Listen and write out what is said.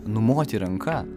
numoti ranka